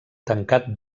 tancat